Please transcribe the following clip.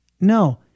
no